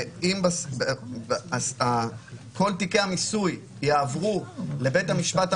אם כל תיקי המיסוי יעברו לבית המשפט המחוזי,